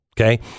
Okay